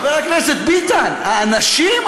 חבר הכנסת ביטן, האנשים?